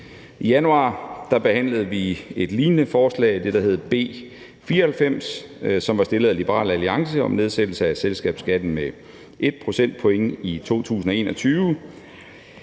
I januar behandlede vi et lignende forslag, nemlig det, der hed B 94, fremsat af Liberal Alliance, om nedsættelse af selskabsskatten med 1 procentpoint i 2021.